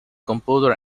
composer